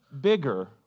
bigger